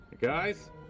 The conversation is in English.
Guys